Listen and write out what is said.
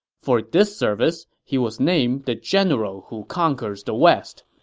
for this service, he was named the general who conquers the west.